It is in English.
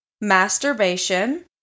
masturbation